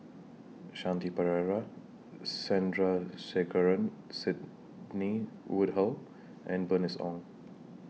Shanti Pereira Sandrasegaran Sidney Woodhull and Bernice Ong